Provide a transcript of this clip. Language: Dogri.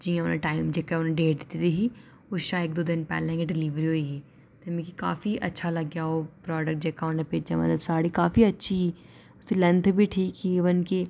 जि'यां उ'नें टाइम जेह्का उ'नें डेट दित्ती दी ही उस शा इक दो दिन पैह्लें गै डिलीवरी होई ही ते मिकी काफी अच्छा लग्गेआ ओह् प्रोडक्ट जेह्का उ'नें भेजेआ मतलब साह्ड़ी मतलब काफी अच्छी ही ते लैंथ बी ठीक ही इवन कि